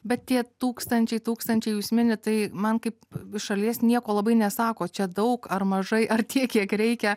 bet tie tūkstančiai tūkstančiai jūs minit tai man kaip šalies nieko labai nesako čia daug ar mažai ar tiek kiek reikia